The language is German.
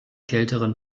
kälteren